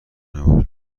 نباش